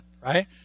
right